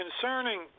Concerning